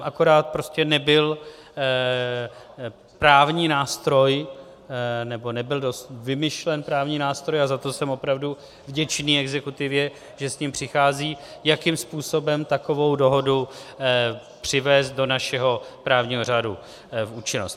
Akorát prostě nebyl právní nástroj, nebo nebyl vymyšlen právní nástroj, a za to jsem opravdu vděčný exekutivě, že s tím přichází, jakým způsobem takovou dohodu přivést do našeho právního řádu v účinnost.